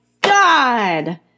god